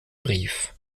brief